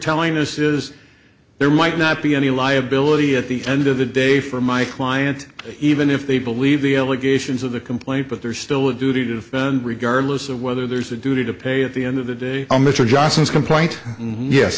telling us is there might not be any liability at the end of the day for my client even if they believe the allegations of the complaint but there's still a duty to defend regardless of whether there's a duty to pay at the end of the day all mr johnson's complaint